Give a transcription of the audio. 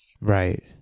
right